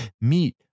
Meet